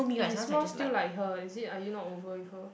eh you smile still like her is it are you not over with her